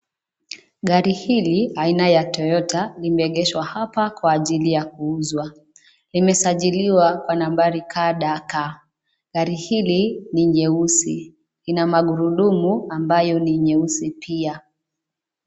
Gari hili aina ya Toyota limeegeshwa hapa kwa ajili ya kuuzwa, limesajiliwa kwa nambari KDK , gari hili ni nyeusi, ina magurudumu ambayo ni nyeusi pia.